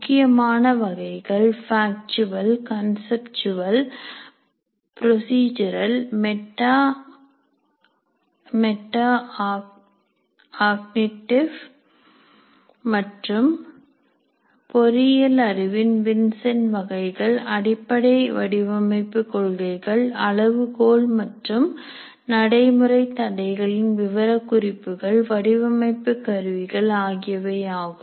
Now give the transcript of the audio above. முக்கியமான வகைகள் factual conceptual procedural metacognitive மற்றும் பொறியியல் அறிவின் வின்சென்ட் வகைகள் அடிப்படை வடிவமைப்பு கொள்கைகள் அளவுகோல் மற்றும் நடைமுறை தடைகளின் விவரக்குறிப்புகள் வடிவமைப்பு கருவிகள் ஆகியவைகள் ஆகும்